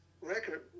record